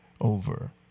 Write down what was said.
over